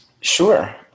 Sure